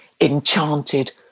enchanted